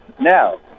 Now